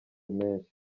menshi